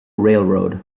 railroad